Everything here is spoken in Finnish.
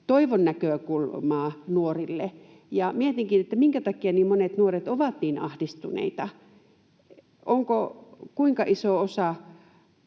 toivon näkökulmaa nuorille. Mietinkin, minkä takia niin monet nuoret ovat niin ahdistuneita. Ovatko kuinka isoksi